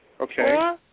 Okay